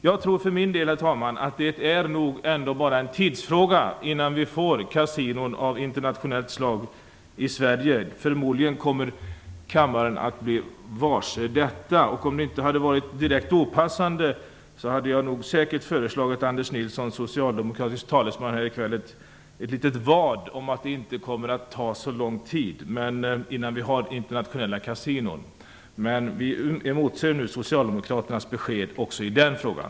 Jag tror för min del, herr talman, att det ändå bara är en tidsfråga innan vi får kasinon av internationellt slag i Sverige. Förmodligen kommer kammaren att bli varse detta. Om det inte hade varit direkt opassande hade jag säkert föreslagit Anders Nilsson, socialdemokratisk talesman här i kväll, ett litet vad om att det inte kommer att ta så lång tid innan vi har internationella kasinon. Vi emotser nu Socialdemokraternas besked också i den frågan.